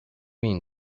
mean